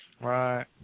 Right